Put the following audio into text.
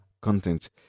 content